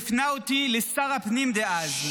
והוא הפנה אותי לשר הפנים דאז.